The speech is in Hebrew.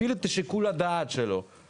נגיד סתם דוגמה לקוח נפתח לו תיק בהוצאה